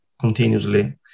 continuously